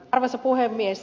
arvoisa puhemies